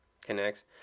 connects